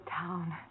town